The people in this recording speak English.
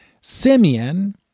Simeon